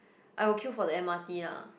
I would queue for the m_r_t lah